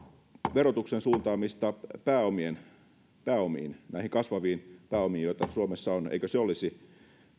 verotuksen suuntaaminen pääomiin pääomiin näihin kasvaviin pääomiin joita suomessa on olisi